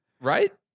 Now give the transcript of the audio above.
right